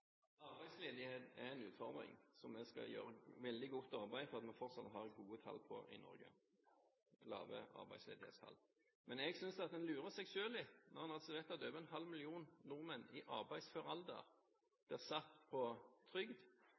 Arbeidsledighet er en utfordring, så vi skal gjøre et veldig godt arbeid for at vi fortsatt skal ha lave arbeidsledighetstall i Norge. Men jeg synes at en lurer seg selv litt når en vet at over en halv million nordmenn i arbeidsfør alder blir satt på trygd,